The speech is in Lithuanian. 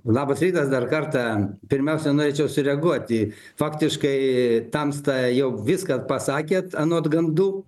labas rytas dar kartą pirmiausia norėčiau sureaguoti faktiškai tamsta jau viską pasakėt anot gandų